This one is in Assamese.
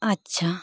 আচ্ছা